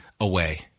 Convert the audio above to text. away